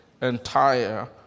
Entire